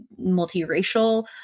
multiracial